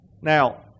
Now